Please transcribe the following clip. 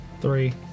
Three